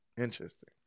Interesting